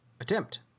attempt